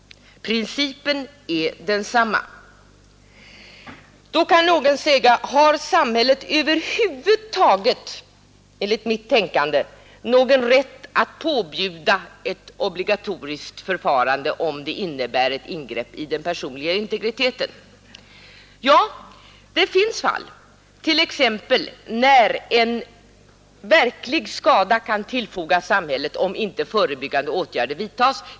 Principen är densamma. Då kan någon säga: Har samhället över huvud taget någon rätt att påbjuda ett obligatoriskt förfarande om det innebär ett ingrepp i den personliga integriteten? Ja, det finns fall, t.ex. när en verklig skada kan tillfogas samhället om inte förebyggande åtgärder vidtas.